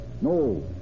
no